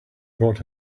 brought